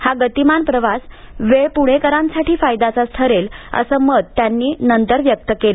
हा गतीमान प्रवासवेळ प्णेकरांसाठी फायद्याचाच ठरेल असं मत त्यांनी नंतर व्यक्त केलं